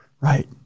right